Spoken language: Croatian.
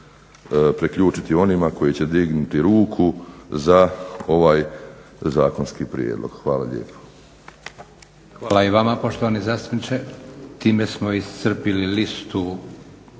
priključiti onima koji će dignuti ruku za ova zakonski prijedlog. Hvala lijepo. **Leko, Josip (SDP)** Hvala lijepo i vama poštovani zastupniče. Time smo iscrpili listu